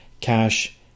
cash